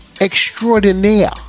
extraordinaire